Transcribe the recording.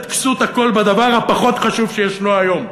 כסות הכול בדבר הפחות חשוב שישנו היום.